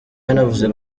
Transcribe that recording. yanavuze